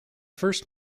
first